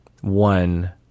one